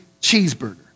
cheeseburger